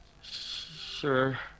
Sure